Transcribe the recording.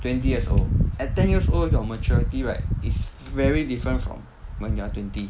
twenty years old at ten years old your maturity right is very different from when you're twenty